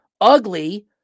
ugly